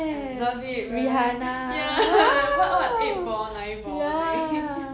I love it right ya what what eight ball nine ball thing